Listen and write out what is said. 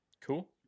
Cool